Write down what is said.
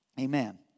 Amen